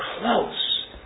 close